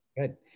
Good